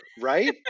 Right